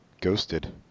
ghosted